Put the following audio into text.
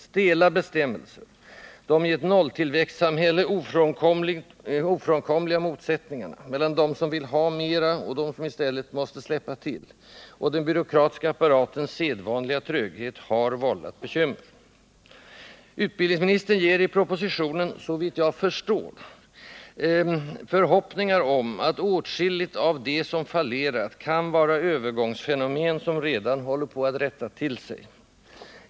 Stela bestämmelser, de i ett nolltillväxtsamhälle ofrånkomliga motsättningarna mellan dem som vill ha mera och dem som i stället måste släppa till och den byråkratiska apparatens sedvanliga tröghet har vållat bekymmer. Utbildningsministern ger i propositionen såvitt jag förstår förhoppningar om att åtskilligt av det som fallerat kan vara övergångsfenomen som redan håller på att rätta till sig.